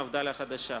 מפד"ל החדשה: